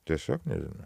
tiesiog nežinau